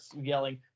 yelling